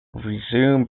resume